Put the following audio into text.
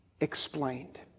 explained